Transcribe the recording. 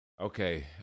Okay